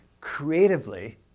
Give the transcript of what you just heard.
creatively